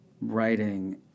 writing